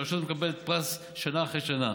רשות שמקבלת פרס שנה אחר שנה,